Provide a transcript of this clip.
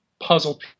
puzzle